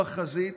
הוא החזית,